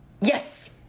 Yes